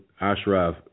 Ashraf